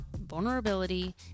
vulnerability